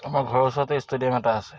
আমাৰ ঘৰৰ ওচৰতে ষ্টেডিয়াম এটা আছে